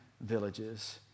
villages